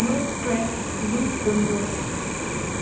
यो track loop गर्नुहोस्